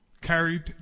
carried